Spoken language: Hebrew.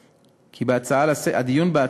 כי כולם יודעים את זה,